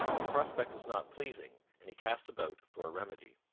the prospect was not pleasing, and he cast about for a remedy.